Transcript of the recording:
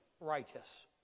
righteous